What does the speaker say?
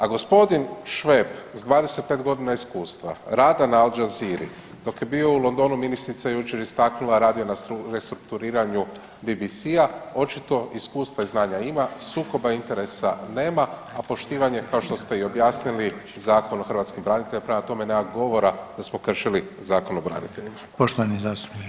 A gospodin Šveb s 25 godina iskustva, rada na Al Jazeer-i, dok je bio u Londonu, ministrica je jučer istaknula, radio je na restrukturiranju BBC-a, očito iskustva i znanja ima, sukoba interesa nema, a poštovanje, kao što ste i objasnili, Zakon o hrvatskim braniteljima, prema tome nema govora da smo kršili Zakon o braniteljima.